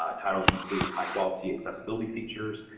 ah titles include high quality accessibility features,